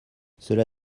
cela